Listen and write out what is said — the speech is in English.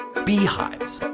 beehives.